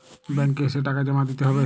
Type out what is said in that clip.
Bank এ এসে টাকা জমা দিতে হবে?